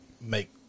make